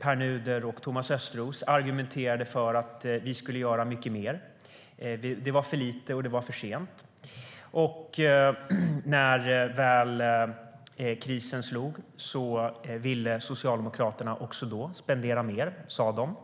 Pär Nuder och Thomas Östros argumenterade för att vi skulle göra mycket mer. Det var för lite, och det var för sent. När krisen väl slog till ville Socialdemokraterna även då spendera mer, sa de.